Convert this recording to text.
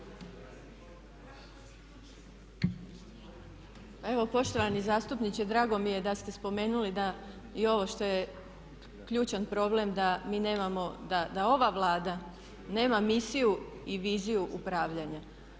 Evo poštovani zastupniče drago mi je da ste spomenuli da i ovo što je ključan problem da mi nemamo, da ova Vlada nema misiju i viziju upravljanja.